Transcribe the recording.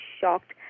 shocked